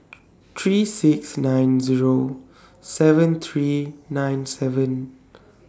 three six nine Zero seven three nine seven